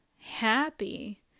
happy